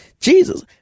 Jesus